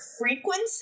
frequency